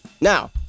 Now